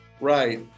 Right